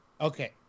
Okay